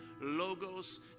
logos